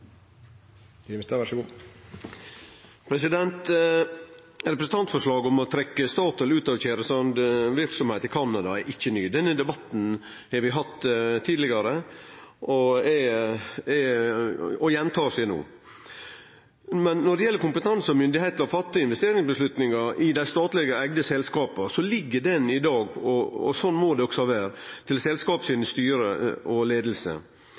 saken er så alvorlig at staten i dette tilfellet må engasjere seg. Statoils engasjement i oljesandutvinning bør og må stanses. Representantforslaget om å trekkje Statoil ut av tjæresandverksemd i Canada er ikkje nytt. Denne debatten har vi hatt tidlegare, og han gjentar seg no. Men når det gjeld kompetanse og myndigheit til å gjere investeringsvedtak i dei statleg eigde selskapa, ligg det i dag – og slik må det også vere – til styret og